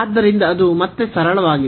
ಆದ್ದರಿಂದ ಅದು ಮತ್ತೆ ಸರಳವಾಗಿದೆ